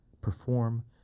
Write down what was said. perform